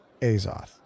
Azoth